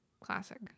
Classic